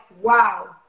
wow